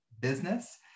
business